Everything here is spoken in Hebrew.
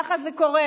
ככה זה קורה,